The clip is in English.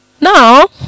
Now